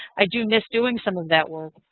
i do miss doing some of that work.